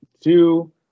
two